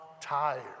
tired